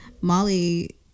molly